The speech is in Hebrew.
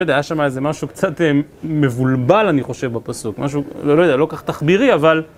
לא יודע, היה שם איזה משהו קצת מבולבל, אני חושב, בפסוק. משהו, לא יודע, לא כך תחבירי, אבל...